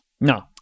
No